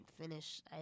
finish—